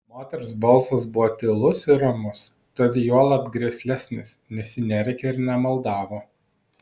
moters balsas buvo tylus ir ramus tad juolab grėslesnis nes ji nerėkė ir nemaldavo